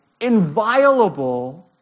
inviolable